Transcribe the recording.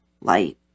light